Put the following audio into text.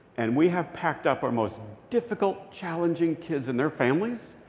and we have packed up our most difficult, challenging kids and their families,